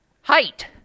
height